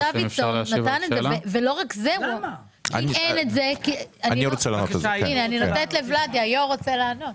אני רוצה לענות.